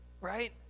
right